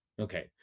Okay